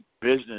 business